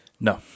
No